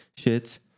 shits